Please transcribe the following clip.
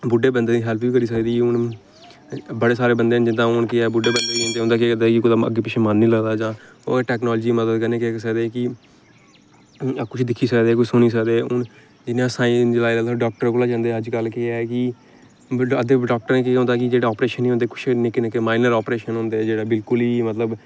बुड्ढे बंदें दी हैल्प बी करी सकदी हून बड़े सारे बंदे न जिंदा हून केह् ऐ बुड्डे बंदे न उंदा केह् होंदा कि कोई अग्गें पिच्छें मन निं लगदा जां ओह् टैकनालजी दी मदद कन्नै केह् करी सकदे कि हून कुछ दिक्खी सकदे कुछ सुनी सकदे हून जियां साईंस जिसलै तुस डाक्टरें कोल जंदे अज्ज कल केह् ऐ कि अद्धें डाक्टरें केह् होंदा कि जेह्ड़ा अप्रेशन निं होंदे कुछ निक्के निक्के माईनर अप्रेशन होंदे जेह्ड़े बिलकुल ई मतलब